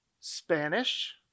Spanish